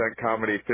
comedy